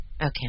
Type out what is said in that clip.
Okay